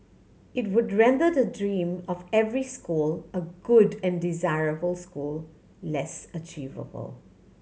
it would render the dream of every school a good and desirable school less achievable